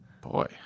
Boy